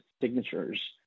signatures